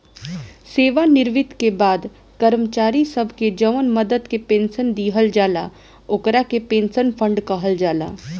सेवानिवृत्ति के बाद कर्मचारी सब के जवन मदद से पेंशन दिहल जाला ओकरा के पेंशन फंड कहल जाला